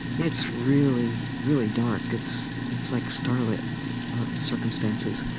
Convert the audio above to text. it's really, really dark. it's it's like starlit circumstances.